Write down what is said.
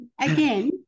again